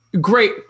Great